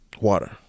water